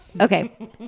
Okay